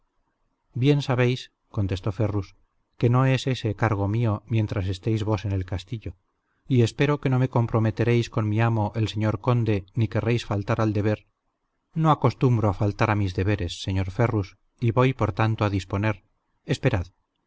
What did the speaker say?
bien sabéis contestó ferrus que no es ese cargo mío mientras estéis vos en el castillo y espero que no me comprometeréis con mi amo el señor conde ni querréis faltar al deber no acostumbro a faltar a mis deberes señor ferrus y voy por tanto a disponer esperad